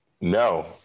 No